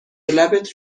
لبت